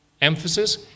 emphasis